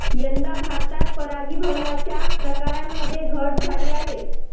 यंदा भारतात परागीभवनाच्या प्रकारांमध्ये घट झाली आहे